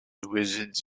wizards